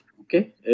Okay